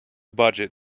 budget